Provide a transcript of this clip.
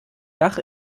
dach